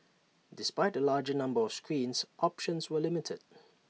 despite the larger number of screens options were limited